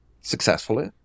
successfully